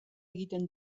egiten